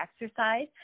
exercise